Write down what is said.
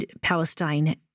Palestine